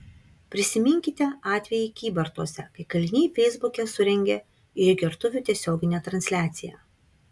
prisiminkite atvejį kybartuose kai kaliniai feisbuke surengė išgertuvių tiesioginę transliaciją